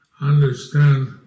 understand